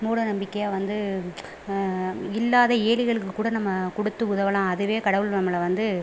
மூட நம்பிக்கையாக வந்து இல்லாத ஏழைகளுக்கு கூட நம்ம கொடுத்து உதவலாம் அதுவே கடவுள் நம்பளை வந்து